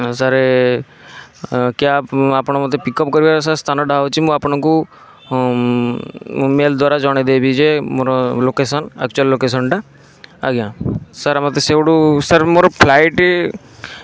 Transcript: sir cab ଆପଣ ମୋତେ pickup କରିବା ସ୍ଥାନଟା ହେଉଛି ମୁଁ ଆପଣଙ୍କୁ ମେଲ୍ ଦ୍ୱାରା ଜଣାଇ ଦେବି ଯେ ମୋର ଲୋକେସନ୍ ଆକ୍ଚୁଆଲ୍ ଲୋକେସନ୍ଟା ଆଜ୍ଞା ସାର୍ ମୋତେ ସେଇଠୁ ସାର୍ ମୋର ଫ୍ଲାଇଟ୍